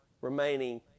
remaining